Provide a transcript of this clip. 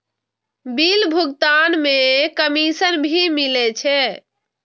Bill भुगतान में commission भी मिले छै?